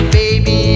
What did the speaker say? baby